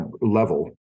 level